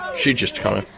she just kind of.